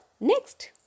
next